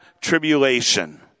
tribulation